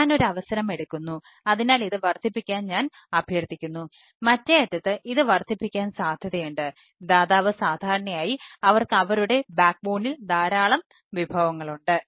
ഞാൻ ഒരു അവസരം എടുക്കുന്നു അതിനാൽ ഇത് വർദ്ധിപ്പിക്കാൻ ഞാൻ അഭ്യർത്ഥിക്കുന്നു മറ്റേ അറ്റത്ത് ഇത് വർദ്ധിപ്പിക്കാൻ സാധ്യതയുണ്ട് ദാതാവ് സാധാരണയായി അവർക്ക് അവരുടെ ബാക്ക്ബോണിൽ ധാരാളം വിഭവങ്ങളുണ്ട്